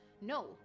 no